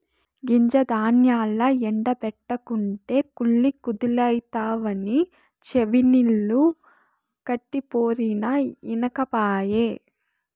గింజ ధాన్యాల్ల ఎండ బెట్టకుంటే కుళ్ళి కుదేలైతవని చెవినిల్లు కట్టిపోరినా ఇనకపాయె